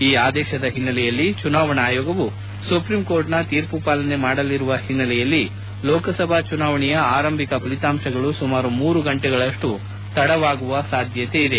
ಈ ಆದೇಶದ ಹಿನ್ನೆಲೆಯಲ್ಲಿ ಚುನಾವಣಾ ಆಯೋಗವು ಸುಪ್ರೀಂ ಕೋರ್ಟ್ನ ತೀರ್ಮ ಪಾಲನೆ ಮಾಡಲಿರುವ ಹಿನ್ನೆಲೆಯಲ್ಲಿ ಲೋಕಸಭಾ ಚುನಾವಣೆಯ ಆರಂಭಿಕ ಫಲಿತಾಂಶಗಳು ಸುಮಾರು ಮೂರು ಗಂಟೆಗಳಷ್ಟು ತಡವಾಗುವ ಸಾಧ್ಯತೆ ಇದೆ